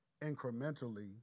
incrementally